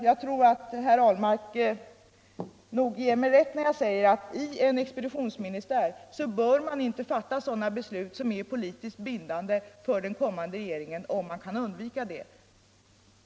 Jag tror att Per Ahlmark ger mig rätt när jag säger att en expeditionsministär, om det går att undvika, inte bör fatta beslut som är politiskt bindande för den kommande regeringen.